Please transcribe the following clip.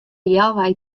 healwei